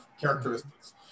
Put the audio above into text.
characteristics